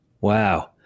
Wow